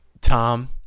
Tom